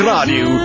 Radio